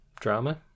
drama